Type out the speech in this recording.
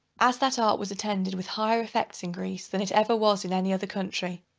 as that art was attended with higher effects in greece than it ever was in any other country,